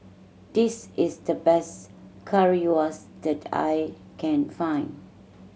this is the best Currywurst that I can find